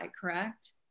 correct